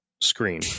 screen